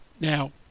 Now